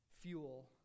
fuel